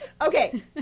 okay